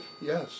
yes